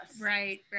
right